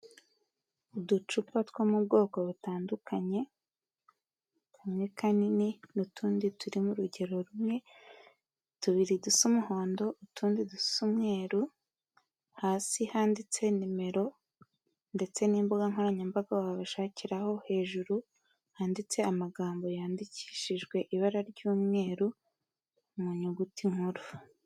Uducupa two mu bwoko butandukanye, kamwe kanini n'utundi turi mu rugero rumwe, tubiri dusa umuhondo, utundi dusa umweru, hasi handitse nimero ndetse n'imbuga nkoranyambaga wabashakiraho, hejuru handitse amagambo yandikishijwe ibara ry'umweru mu nyuguti nkuru.